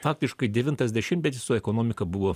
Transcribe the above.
faktiškai devintas dešimtmetis su ekonomika buvo